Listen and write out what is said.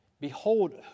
Behold